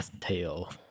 tail